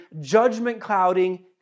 judgment-clouding